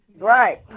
Right